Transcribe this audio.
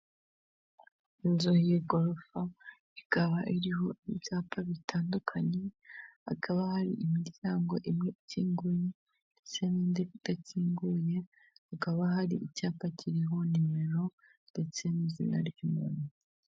Inzu y'igorofa ikaba iriho ibyapa bitandukanye, hakaba hari imiryango imwe ikinguye ndetse n'indii idakinguye, hakaba hari icyapa kiriho nimero ndetse n'izina ry'umuntu.